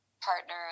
partner